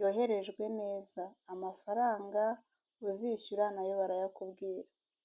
yoherejwe neza amafaranga uzishyura na yo barayakubwira.